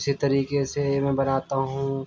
اسی طریقے سے میں بناتا ہوں